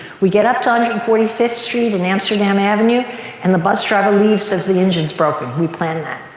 we get up to one hundred and forty fifth street and amsterdam avenue and the bus driver leaves. says the engine's broken. we planned that.